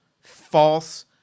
false